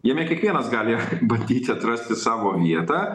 jame kiekvienas gali bandyti atrasti savo vietą